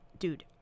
Dude